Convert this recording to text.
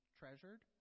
treasured